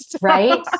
Right